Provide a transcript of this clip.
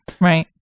Right